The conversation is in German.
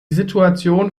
situation